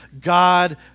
God